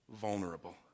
vulnerable